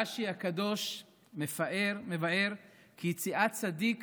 רש"י הקדוש מבאר כי יציאת צדיק